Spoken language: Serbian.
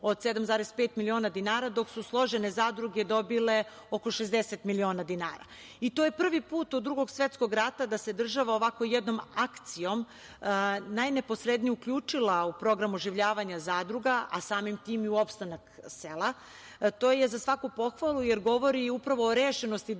od 7,5 miliona dinara dok su složene zadruge dobile oko 60 miliona dinara.I to je prvi put od Drugog svetskog rata da se država ovako jednom akcijom najneposrednije uključila u programu oživljavanja zadruga, a samim tim i u opstanak sela. To je za svaku pohvalu, jer govori upravo o rešenosti